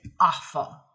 awful